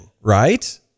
right